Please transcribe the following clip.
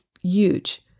huge